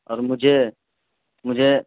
اور مجھے مجھے